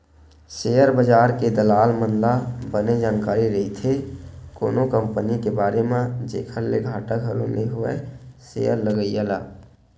share बजार के दलाल मन ल बने जानकारी रहिथे कोनो कंपनी के बारे म जेखर ले घाटा घलो नइ होवय सेयर लगइया ल